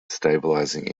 stabilizing